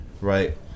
right